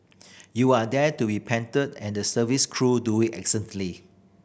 you are there to be pampered and the service crew do it excellently